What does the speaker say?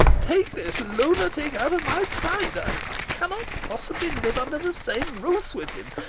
take this lunatic out of my sight! i cannot possibly live under the same roof with him.